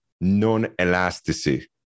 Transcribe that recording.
non-elasticity